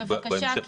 בבקשה,